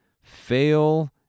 fail